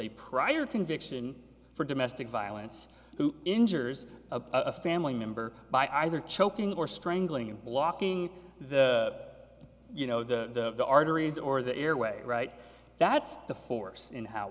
a prior conviction for domestic violence who injures a family member by either choking or strangling and blocking the you know the the arteries or the airway right that's the force in how